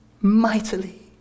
mightily